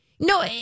No